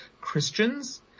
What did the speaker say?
Christians